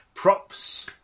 Props